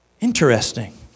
interesting